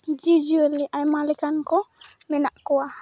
ᱡᱤᱵᱽᱡᱤᱭᱟᱹᱞᱤ ᱟᱭᱢᱟ ᱞᱮᱠᱟᱱ ᱠᱚ ᱢᱮᱱᱟᱜ ᱠᱚᱣᱟ